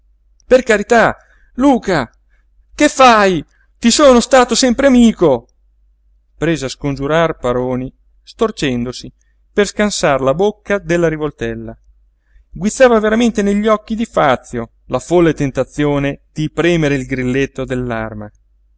per carità luca che fai ti sono stato sempre amico prese a scongiurar paroni storcendosi per scansar la bocca della rivoltella guizzava veramente negli occhi di fazio la folle tentazione di premere il grilletto